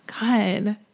God